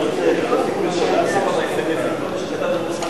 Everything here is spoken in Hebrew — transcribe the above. מועד סיום שעון קיץ),